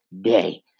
day